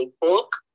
book